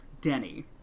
Denny